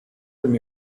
from